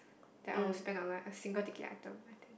that I will spend on like a single ticket item I think